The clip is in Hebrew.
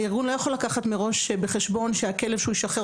הארגון לא יכול לקחת מראש בחשבון שהכלב שהוא ישחרר